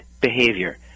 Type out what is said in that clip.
behavior